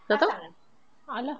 belakang a'ah lah